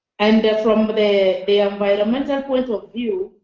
and from the the ah environmental point of view,